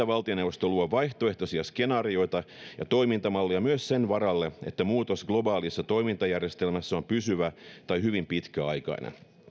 valtioneuvosto yksi luo vaihtoehtoisia skenaarioita ja toimintamalleja myös sen varalle että muutos globaalissa toimintajärjestelmässä on pysyvä tai hyvin pitkäaikainen